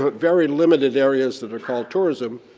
but very limited areas that are called tourism,